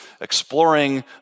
exploring